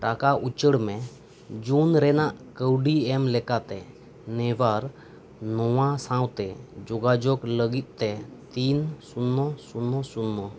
ᱴᱟᱠᱟ ᱩᱪᱟᱹᱲᱢᱮ ᱡᱩᱱ ᱨᱮᱱᱟᱜ ᱠᱟᱣᱰᱤ ᱮᱢ ᱞᱮᱠᱟᱛᱮ ᱱᱮᱜᱷᱵᱟᱨ ᱱᱚᱣᱟ ᱥᱟᱶᱛᱮ ᱡᱳᱜᱟᱡᱳᱜᱽ ᱞᱟᱹᱜᱤᱫᱛᱮ ᱛᱤᱱ ᱥᱩᱱᱱᱚ ᱥᱩᱱᱱᱚ ᱥᱩᱱᱱᱚ